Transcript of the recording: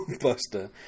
Buster